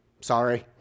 sorry